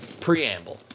preamble